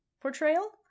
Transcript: portrayal